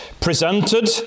presented